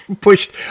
pushed